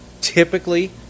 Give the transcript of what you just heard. typically